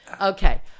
Okay